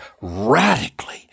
radically